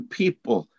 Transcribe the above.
people